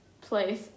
place